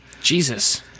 Jesus